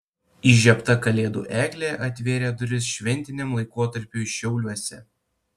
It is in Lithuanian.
įžiebta kalėdų eglė atvėrė duris šventiniam laikotarpiui šiauliuose